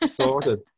Sorted